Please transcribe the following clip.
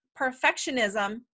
Perfectionism